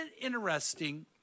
interesting